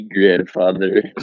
grandfather